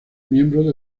miembro